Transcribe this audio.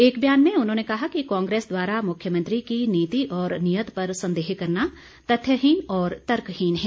एक बयान में उन्होंने कहा कि कांग्रेस द्वारा मुख्यमंत्री की नीति और नियत पर संदेह करना तथ्यहीन और तर्कहीन है